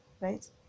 right